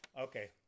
Okay